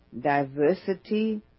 diversity